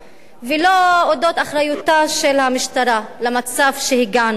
ולא על אודות אחריותה של המשטרה למצב שהגענו אליו.